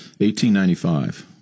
1895